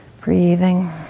Breathing